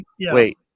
wait